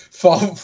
fall